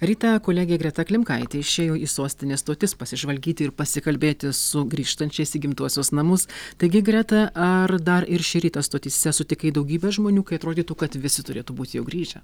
rytą kolegė greta klimkaitė išėjo į sostinės stotis pasižvalgyti ir pasikalbėti su grįžtančiais į gimtuosius namus taigi greta ar dar ir šį rytą stotyse sutikai daugybę žmonių kai atrodytų kad visi turėtų būti jau grįžę